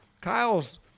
Kyle's